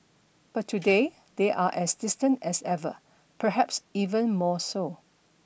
but today they are as distant as ever perhaps even more so